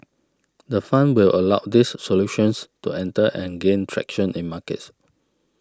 the fund will allow these solutions to enter and gain traction in markets